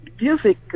music